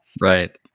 right